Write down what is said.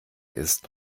ist